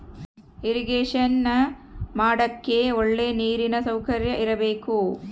irrigation ಮಾಡಕ್ಕೆ ಒಳ್ಳೆ ನೀರಿನ ಸೌಕರ್ಯ ಇರಬೇಕು